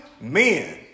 men